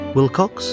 Wilcox